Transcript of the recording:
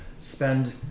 spend